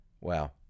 Wow